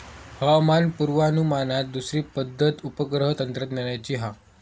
हवामान पुर्वानुमानात दुसरी पद्धत उपग्रह तंत्रज्ञानाची हा